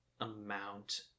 amount